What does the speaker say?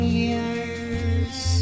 years